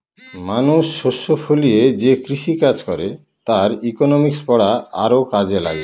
মানুষ শস্য ফলিয়ে যে কৃষিকাজ করে তার ইকনমিক্স পড়া আরও কাজে লাগে